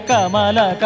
Kamala